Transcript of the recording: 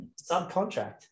Subcontract